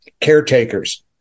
caretakers